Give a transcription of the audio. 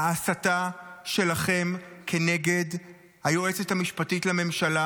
ההסתה שלכם כנגד היועצת המשפטית לממשלה